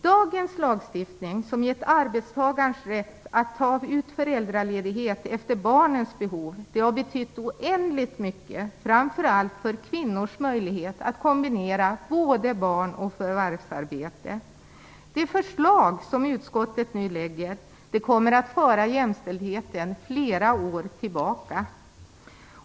Dagens lagstiftning som gett arbetstagaren rätt att ta ut föräldraledighet efter barnens behov har betytt oändligt mycket framför allt för kvinnornas möjlighet att kombinera barn och förvärvsarbete. Det förslag som utskottet nu lägger fram kommer att föra jämställdheten flera år tillbaka.